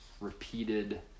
repeated